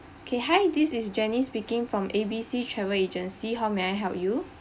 K hi this is jenny speaking from A B C travel agency how may I help you